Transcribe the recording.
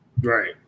Right